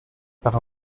par